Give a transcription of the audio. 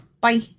Bye